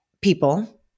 people